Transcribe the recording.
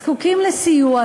זקוקות לסיוע,